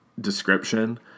description